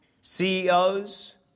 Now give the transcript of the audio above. CEOs